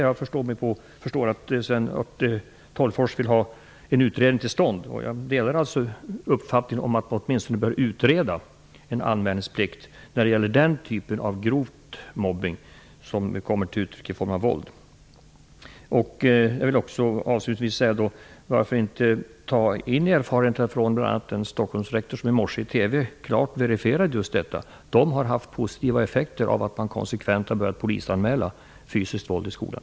Jag förstår att det är den saken Sten Tolgfors vill ha en utredning om. Jag delar uppfattningen att vi åtminstone bör utreda en anmälningsplikt när det gäller den typen av grov mobbning som kommer till uttryck i form av våld. Jag vill avslutningsvis fråga varför vi inte kan ta in erfarenheterna från bl.a. den Stockholmsrektor som i morse i TV klart verifierade just detta. På hans skola har man haft positiva effekter av att man konsekvent börjat polisanmäla fysiskt våld i skolan.